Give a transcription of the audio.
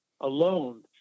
alone